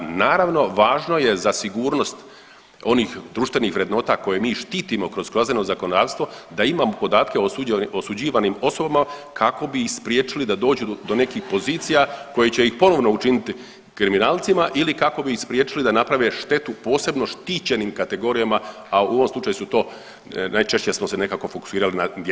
Naravno, važno je za sigurnost onih društvenih vrednota koje mi štitimo kroz kazneno zakonodavstvo da imamo podatke o osuđivanim osobama kako bi ih spriječili da dođu do nekih pozicija koje će ih ponovno učiniti kriminalcima ili kako bi spriječili da naprave štetu posebno štićenim kategorijama, a u ovom slučaju su to najčešće smo se nekako fokusirali na djecu.